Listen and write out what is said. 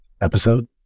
episode